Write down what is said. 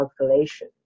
calculation